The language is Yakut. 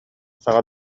саҥа